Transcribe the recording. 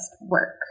work